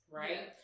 right